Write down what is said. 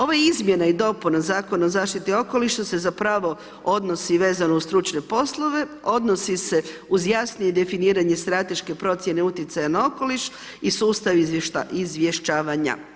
Ova izmjena i dopuna Zakona o zaštiti okoliša se zapravo odnosi vezano uz stručne poslove, odnosi se uz jasnije definiranje strateške procjene utjecaja na okoliš i sustav izvješćavanja.